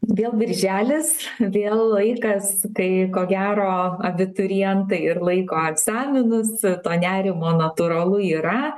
vėl birželis vėl laikas kai ko gero abiturientai ir laiko egzaminus to nerimo natūralu yra